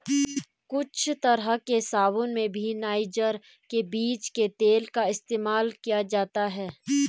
कुछ तरह के साबून में भी नाइजर के बीज के तेल का इस्तेमाल किया जाता है